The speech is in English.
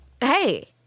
Hey